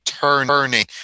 Turning